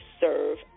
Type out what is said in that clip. serve